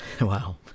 Wow